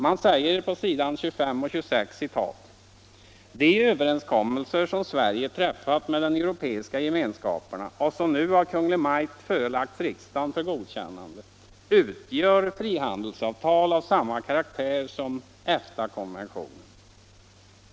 Man säger på s. 25-26: ”De överenskommelser, som Sverige träffat med de europeiska gemenskaperna och som nu av Kungl. Maj:t förelagts riksdagen för godkännande, utgör frihandelsavtal av samma karaktär som EFTA-konventionen.